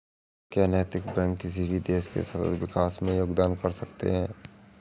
क्या नैतिक बैंक किसी भी देश के सतत विकास में योगदान कर सकते हैं?